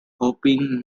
hopping